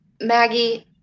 Maggie